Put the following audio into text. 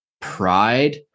pride